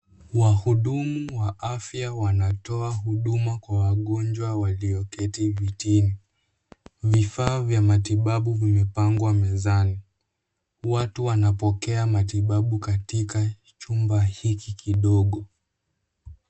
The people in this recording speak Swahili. Wahudumu wa afya wanatoa huduma kwa wagonjwa walioketi vitini. vifaa vya matibabu vimepangwa mezani. watu wanapokea matibabu katika chumba hiki kidogo.